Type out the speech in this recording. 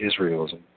Israelism